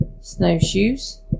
snowshoes